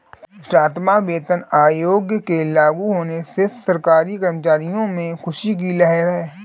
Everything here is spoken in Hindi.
सातवां वेतन आयोग के लागू होने से सरकारी कर्मचारियों में ख़ुशी की लहर है